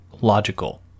logical